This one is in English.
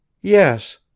Yes